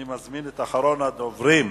אני מזמין את אחרון הדוברים,